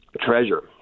treasure